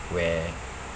where